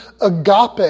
agape